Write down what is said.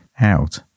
out